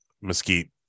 Mesquite